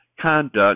conduct